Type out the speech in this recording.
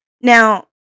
Now